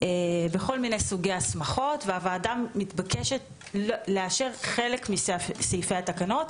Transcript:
בכל מיני סוגי הסמכות והוועדה מתבקשת לאשר רק חלק מסעיפי התקנות,